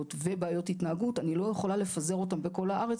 ובעיות התנהגות - אני לא יכולה לפזר אותם בכל הארץ,